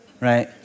right